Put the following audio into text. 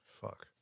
Fuck